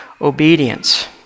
obedience